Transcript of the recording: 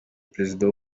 perezida